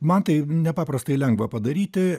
man tai nepaprastai lengva padaryti